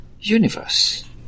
universe